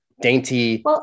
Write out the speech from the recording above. dainty